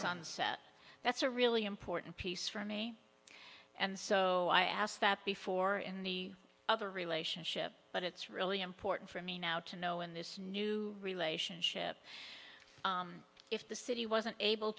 sunset that's a really important piece for me and so i asked that before in the other relationship but it's really important for me now to know in this new relationship if the city wasn't able